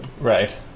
Right